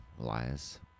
Elias